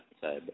side